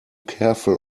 careful